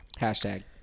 Hashtag